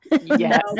yes